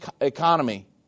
economy